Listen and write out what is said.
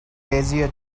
bezier